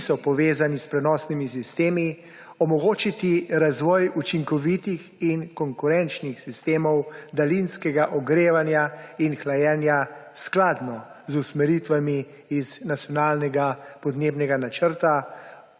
ki niso povezani s prenosnimi sistemi, omogočiti razvoj učinkovitih in konkurenčnih sistemov daljinskega ogrevanja in hlajenja skladno z usmeritvami iz nacionalnega podnebnega načrta,